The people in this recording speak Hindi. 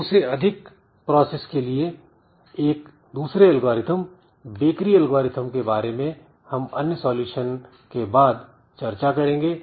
दो से अधिक प्रोसेस के लिए एक दूसरे एल्गोरिथ्म बेकरी एल्गोरिथ्म के बारे में हम अन्य सलूशन के बाद चर्चा करेंगे